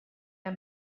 der